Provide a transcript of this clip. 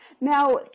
now